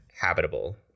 habitable